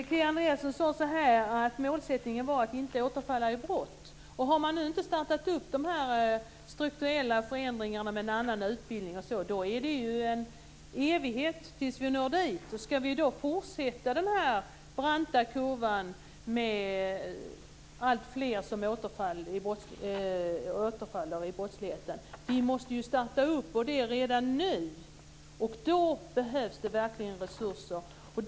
Fru talman! Kia Andreasson sade att målsättningen var att de som begått brott inte ska återfalla i brott. Har man inte inlett strukturella förändringar gällande en ny utbildning, t.ex., är det en evighet tills vi når dit. Ska den brant stigande kurvan över alla som återfaller i brottslighet fortsätta att stiga? Vi måste starta, och det redan nu. Då behövs det verkligen resurser.